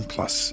Plus